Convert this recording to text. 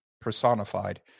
personified